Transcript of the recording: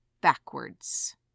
backwards